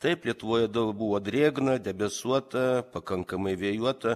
taip lietuvoje daug buvo drėgna debesuota pakankamai vėjuota